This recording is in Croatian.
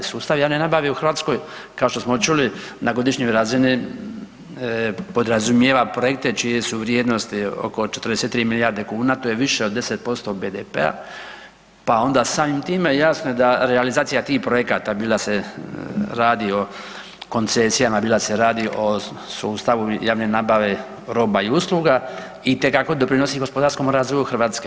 Sustav javne nabave u Hrvatskoj kao što smo čuli na godišnjoj razini podrazumijeva projekte čije su vrijednosti oko 43 milijarde kuna, to je više od 10% BDP-a, pa onda samim time da realizacija tih projekata bilo da se radi o koncesijama, bilo da se radi o sustavu javne nabave roba i usluga, itekako doprinosi gospodarskom razvoju Hrvatske.